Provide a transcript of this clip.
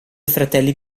fratelli